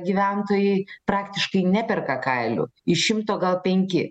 gyventojai praktiškai neperka kailių iš šimto gal penki